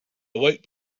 awoke